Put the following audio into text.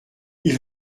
ils